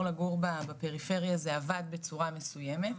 לגור בפריפריה זה עבד בצורה מסויימת.